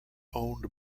owned